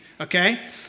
okay